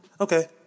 Okay